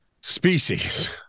species